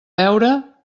veure